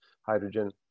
hydrogen